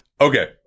Okay